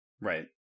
right